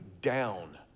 down